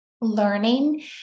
learning